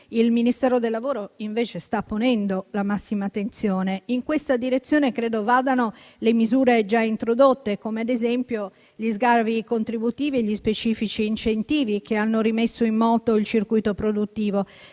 il Ministero del lavoro sta ponendo la massima attenzione. In questa direzione credo vadano le misure già introdotte, come ad esempio, gli sgravi contributivi e gli specifici incentivi che hanno rimesso in moto il circuito produttivo,